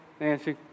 Nancy